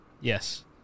Yes